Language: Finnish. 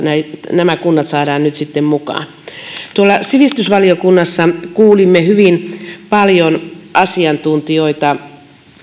nämä kunnat saadaan nyt sitten mukaan tuolla sivistysvaliokunnassa kuulimme hyvin paljon asiantuntijoita